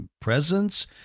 presence